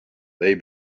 they